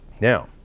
Now